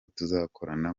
tuzakorana